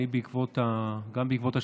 גם בעקבות השאילתה,